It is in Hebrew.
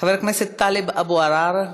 חבר הכנסת טאלב אבו עראר,